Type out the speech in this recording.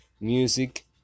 music